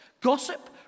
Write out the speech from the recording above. Gossip